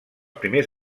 primers